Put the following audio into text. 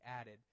added